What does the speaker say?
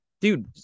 Dude